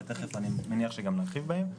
ואני מניח שגם נרחיב עליהם.